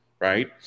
right